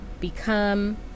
become